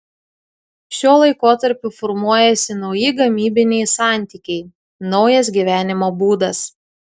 šiuo laikotarpiu formuojasi nauji gamybiniai santykiai naujas gyvenimo būdas